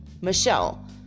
Michelle